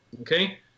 Okay